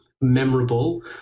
memorable